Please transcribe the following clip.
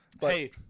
Hey